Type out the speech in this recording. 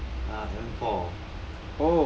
uh M four